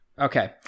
Okay